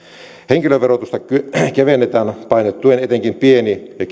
henkilöverotusta kevennetään painottaen etenkin pieni ja